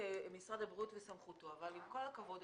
משרד הבריאות וסמכותו אבל עם כל הכבוד,